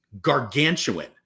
gargantuan